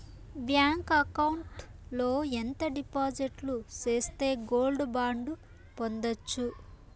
Bank account లో ఎంత డిపాజిట్లు సేస్తే గోల్డ్ బాండు పొందొచ్చు?